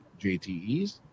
JTEs